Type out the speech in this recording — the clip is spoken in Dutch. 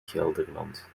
gelderland